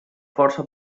força